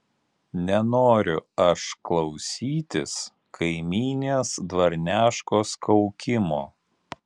nenoriu aš klausytis kaimynės dvarneškos kaukimo